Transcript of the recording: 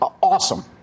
Awesome